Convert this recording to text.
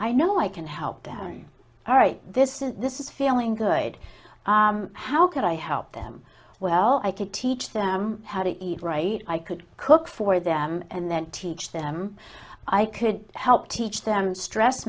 i know i can help them all right this this is feeling good how could i help them well i could teach them how to eat right i could cook for them and then teach them i could help teach them stress